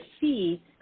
see